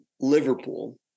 Liverpool